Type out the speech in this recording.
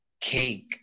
Cake